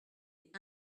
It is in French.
est